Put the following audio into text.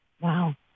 Wow